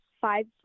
five